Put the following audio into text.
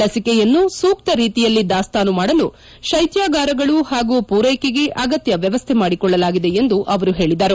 ಲಸಿಕೆಯನ್ನು ಸೂಕ್ತ ರೀತಿಯಲ್ಲಿ ದಾಸ್ತಾನು ಮಾಡಲು ಶೈತ್ವಗಾರಗಳು ಹಾಗೂ ಪೂರೈಕೆಗೆ ಅಗತ್ತ ವ್ಯವಸ್ಥೆ ಮಾಡಿಕೊಳ್ಲಲಾಗಿದೆ ಎಂದು ಅವರು ಹೇಳಿದರು